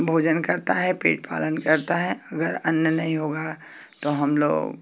भोजन करता है पेट पालन करता है अगर अन्न नहीं होगा तो हम लोग